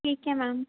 ਠੀਕ ਹੈ ਮੈਮ